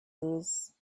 days